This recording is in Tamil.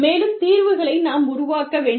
மேலும் தீர்வுகளை நாம் உருவாக்க வேண்டும்